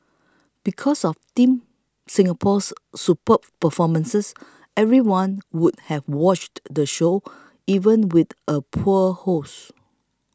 because of Team Singapore's superb performances everyone would have watched the show even with a poor host